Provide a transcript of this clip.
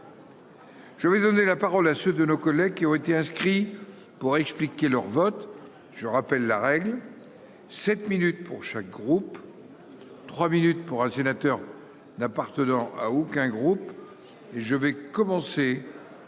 Je vais donner la parole à ceux de nos collègues qui ont été inscrits pour expliquer leur vote, je rappelle la règle 7 minutes pour chaque groupe, 3 minutes pour un sénateur n'appartenant à aucun groupe et je vais commencer par